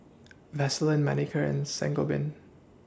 Vaselin Manicare and Sangobion